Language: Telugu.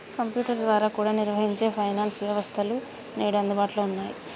కంప్యుటర్ ద్వారా కూడా నిర్వహించే ఫైనాన్స్ వ్యవస్థలు నేడు అందుబాటులో ఉన్నయ్యి